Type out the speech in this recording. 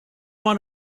want